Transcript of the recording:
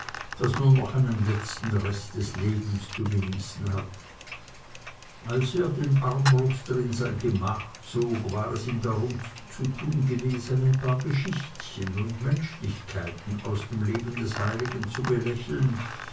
das nur noch einen letzten rest des lebens zu genießen hat als er den armbruster in sein gemach zog war es ihm darum zu tun gewesen ein paar geschichtchen und menschlichkeiten aus dem leben des heiligen zu belächeln